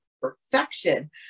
perfection